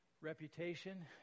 reputation